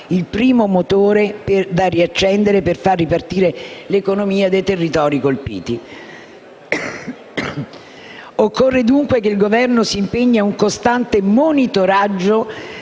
il primo motore da riaccendere per far ripartire l'economia dei territori colpiti. Occorre dunque che il Governo si impegni ad un costante monitoraggio